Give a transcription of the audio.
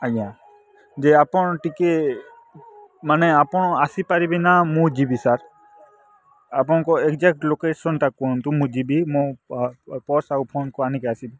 ଆଜ୍ଞା ଯେ ଆପଣ ଟିକେ ମାନେ ଆପଣ ଆସିପାରିବେ ନା ମୁଁ ଯିବି ସାର୍ ଆପଣ ଏକ୍ଜାକ୍ଟ ଲୋକେସନ୍ଟା କୁହନ୍ତୁ ମୁଁ ଯିବି ମୁଁ ପର୍ସ୍ ଆଉ ଫୋନ୍କୁ ଆଣିକି ଆସିବି